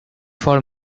for